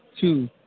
Two